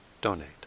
donate